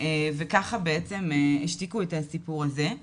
וככה בעצם השתיקו את הסיפור הזה.